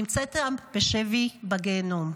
נמצאת בשבי בגיהינום.